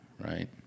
right